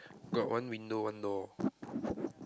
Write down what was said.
got one window one door